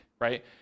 right